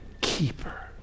keeper